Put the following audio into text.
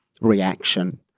reaction